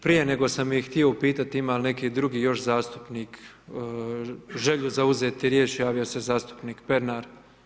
Prije nego sam htio upitati ima li nekih drugih još zastupnik želju za uzeti riječ, javio se zastupnik Pernar.